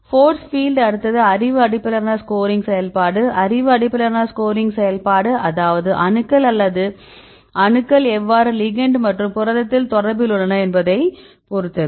force field அடுத்தது அறிவு அடிப்படையிலான ஸ்கோரிங் செயல்பாடு அறிவு அடிப்படையிலான ஸ்கோரிங் செயல்பாடு அதாவது அணுக்கள் எவ்வாறு லிகெண்ட் மற்றும் புரதத்தில் தொடர்பில் உள்ளன என்பதைப் பொறுத்தது